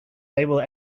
able